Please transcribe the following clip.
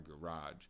garage